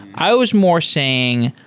i was more saying,